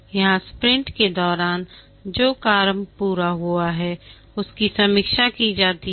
यहां स्प्रिंट के दौरान जो काम पूरा हुआ है उसकी समीक्षा की जाती है